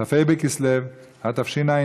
כ"ה בכסלו התשע"ט,